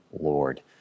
Lord